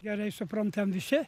gerai suprantam visi